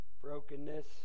brokenness